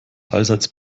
allseits